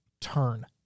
turn